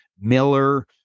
Miller